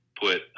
put